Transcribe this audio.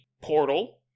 portal